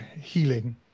Healing